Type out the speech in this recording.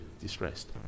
distressed